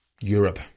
Europe